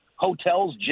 Hotels